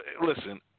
listen